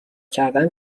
کردن